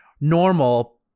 normal